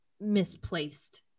misplaced